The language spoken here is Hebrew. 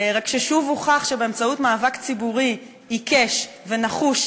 רק ששוב הוכח שבאמצעות מאבק ציבורי עיקש ונחוש,